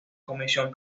comisión